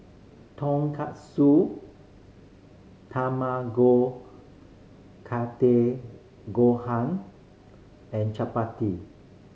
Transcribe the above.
Tonkatsu Tamago Kake Gohan and Chapati